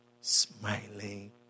Smiling